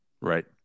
Right